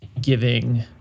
giving